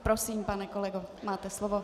Prosím, pane kolego, máte slovo.